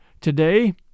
Today